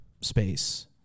space